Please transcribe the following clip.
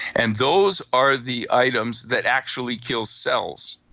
and those are the items that actually kill cells.